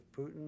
Putin